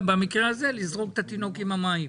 ובמקרה הזה אתם יכולים לזרוק את התינוק עם המים